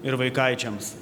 ir vaikaičiams